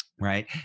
Right